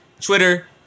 twitter